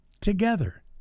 together